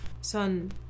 Son